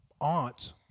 aunt